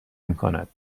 میکنند